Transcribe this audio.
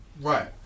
Right